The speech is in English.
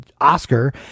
Oscar